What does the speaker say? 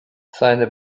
seine